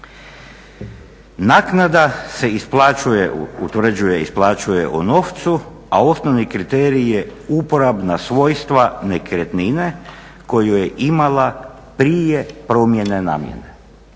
isplaćuje u novcu a osnovni kriterij je uporabna svojstva nekretnine koju je imala prije promjene namjene.